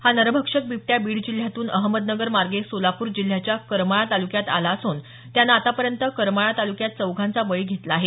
हा नरभक्षक बिबट्या बीड जिल्ह्यातून अहमदनगरमागे सोलापूर जिल्ह्याच्या करमाळा तालुक्यात आला असून त्याने आतापर्यंत करमाळा तालुक्यात दोघांचा बळी घेतला आहे